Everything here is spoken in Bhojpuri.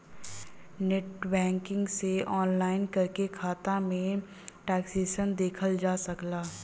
नेटबैंकिंग से लॉगिन करके खाता में ट्रांसैक्शन देखल जा सकला